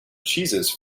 cheese